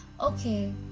okay